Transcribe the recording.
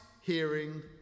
hearing